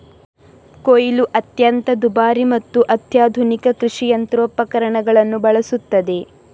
ಕೊಯ್ಲು ಅತ್ಯಂತ ದುಬಾರಿ ಮತ್ತು ಅತ್ಯಾಧುನಿಕ ಕೃಷಿ ಯಂತ್ರೋಪಕರಣಗಳನ್ನು ಬಳಸುತ್ತದೆ